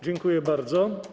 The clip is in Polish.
Dziękuję bardzo.